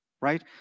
right